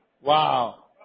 Wow